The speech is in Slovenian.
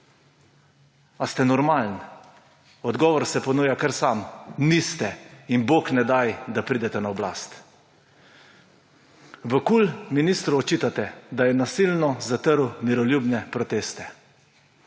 A ste normalni? Odgovor se ponuja kar sam: niste. In bog ne daj, da pridete na oblast. V KUL ministru očitate, da je nasilno zatrl miroljubne proteste.